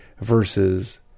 versus